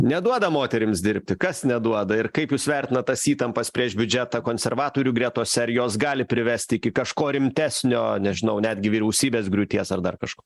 neduoda moterims dirbti kas neduoda ir kaip jūs vertinat tas įtampas prieš biudžetą konservatorių gretose ar jos gali privesti iki kažko rimtesnio nežinau netgi vyriausybės griūties ar dar kažko